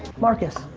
marcus,